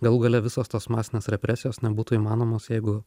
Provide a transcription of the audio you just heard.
galų gale visos tos masinės represijos nebūtų įmanomos jeigu